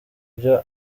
byo